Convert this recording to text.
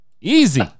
Easy